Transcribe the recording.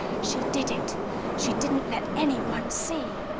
she did it she didn't let anyone see.